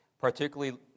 particularly